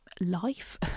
life